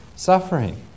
suffering